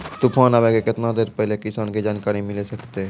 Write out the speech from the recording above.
तूफान आबय के केतना देर पहिले किसान के जानकारी मिले सकते?